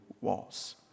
walls